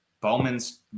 Bowman's